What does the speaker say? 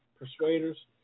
Persuaders